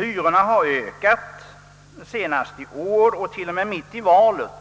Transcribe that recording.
Hyrorna har ökat, senast i år och till och med mitt under valrörelsen,